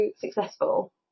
successful